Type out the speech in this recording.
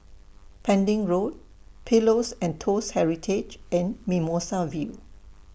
Pending Road Pillows and Toast Heritage and Mimosa View